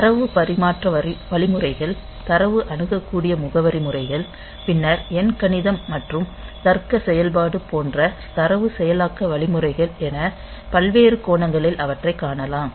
தரவு பரிமாற்ற வழிமுறைகள் தரவு அணுகக்கூடிய முகவரி முறைகள் பின்னர் எண்கணிதம் மற்றும் தர்க்க செயல்பாடு போன்ற தரவு செயலாக்க வழிமுறைகள் என பல்வேறு கோணங்களில் அவற்றைக் காணலாம்